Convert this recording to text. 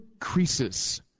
crisis